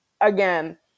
again